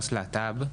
עו"ס להט"ב,